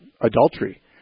Adultery